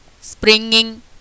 springing